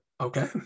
okay